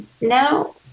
now